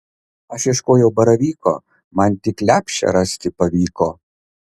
aš ieškojau baravyko man tik lepšę rasti pavyko